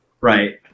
right